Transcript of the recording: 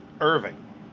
irving